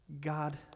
God